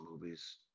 movies